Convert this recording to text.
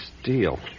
Steel